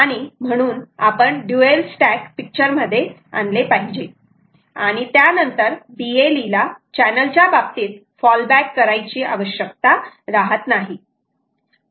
आणि म्हणून आपण ड्युएल स्टॅक पिक्चर मध्ये आणले पाहिजे आणि त्यानंतर BLE ला चॅनल च्या बाबतीत फॉलबॅक करायची आवश्यकता राहत नाही